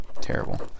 terrible